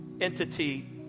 entity